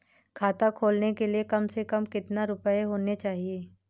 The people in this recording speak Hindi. खाता खोलने के लिए कम से कम कितना रूपए होने चाहिए?